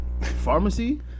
pharmacy